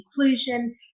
inclusion